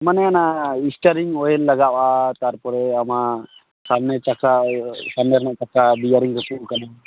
ᱢᱟᱱᱮ ᱚᱱᱟ steering oil ᱞᱟᱜᱟᱜᱼᱟ ᱛᱟᱨᱯᱚᱨᱮ ᱟᱢᱟᱜ ᱥᱟᱢᱱᱮ ᱪᱟᱠᱟ ᱤᱭᱟᱹ ᱥᱟᱢᱱᱮ ᱨᱮᱱᱟᱜ ᱪᱟᱠᱟ ᱵᱮᱭᱟᱨᱤᱝ ᱨᱟᱹᱯᱩᱫ ᱟᱠᱟᱱᱟ